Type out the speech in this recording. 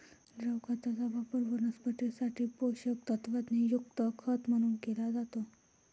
द्रव खताचा वापर वनस्पतीं साठी पोषक तत्वांनी युक्त खत म्हणून केला जातो